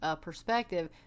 perspective